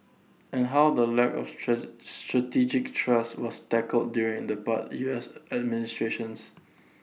and how the lack of strategic trust was tackled during the past U S administrations